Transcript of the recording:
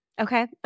Okay